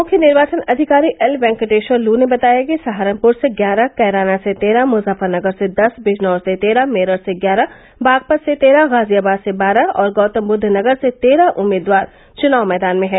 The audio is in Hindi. मुख्य निर्वाचन अधिकारी एल वेंकटेश्वर लू ने बताया कि सहारनपुर से ग्यारह कैराना से तेरह मुजफ्फरनगर से दस बिजनौर से तेरह मेरठ से ग्यारह बागपत से तेरह गाजियाबाद से बारह और गौतमबुद्ध नगर से तेरह उम्मीदवार चुनाव मैदान में हैं